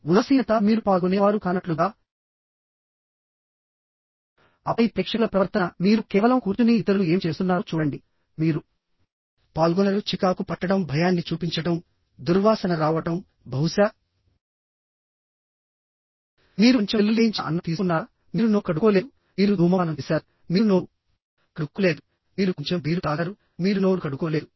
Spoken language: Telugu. ఉదాసీనత మీరు పాల్గొనేవారు కానట్లుగా ఆపై ప్రేక్షకుల ప్రవర్తన మీరు కేవలం కూర్చుని ఇతరులు ఏమి చేస్తున్నారో చూడండి మీరు పాల్గొనరు చికాకు పట్టడం భయాన్ని చూపించడం దుర్వాసన రావడం బహుశా మీరు కొంచెం వెల్లుల్లి వేయించిన అన్నం తీసుకున్నారామీరు నోరు కడుక్కోలేదు మీరు ధూమపానం చేసారు మీరు నోరు కడుక్కోలేదుమీరు కొంచెం బీరు తాగారు మీరు నోరు కడుక్కోలేదు